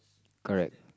correct